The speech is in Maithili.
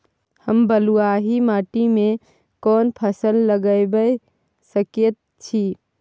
हम बलुआही माटी में कोन फसल लगाबै सकेत छी?